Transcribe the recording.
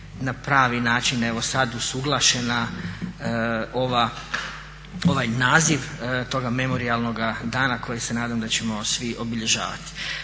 na pravi način usuglašena ovaj naziv toga memorijalnog dana koji se nadam da ćemo svi obilježavati.